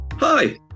Hi